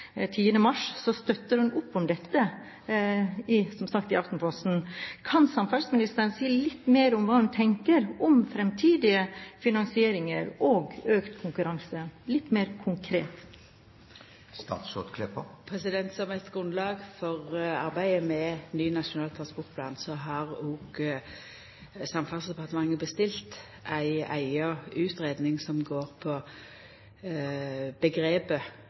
støtter hun opp om dette. Kan samferdselsministeren si litt mer konkret om hva hun tenker om fremtidige finansieringer og økt konkurranse? Som eit grunnlag for arbeidet med ny Nasjonal transportplan har Samferdselsdepartementet bestilt ei eiga utgreiing som går på